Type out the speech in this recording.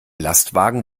lastwagen